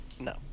no